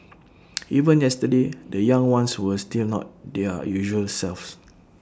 even yesterday the young ones were still not their usual selves